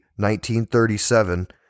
1937